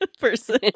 person